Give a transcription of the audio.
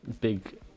Big